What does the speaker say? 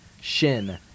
Shin